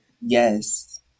Yes